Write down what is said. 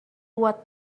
what